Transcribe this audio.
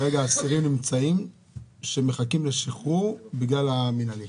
כמה אסירים נמצאים שמחכים לשחרור בגלל המינהלי?